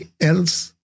else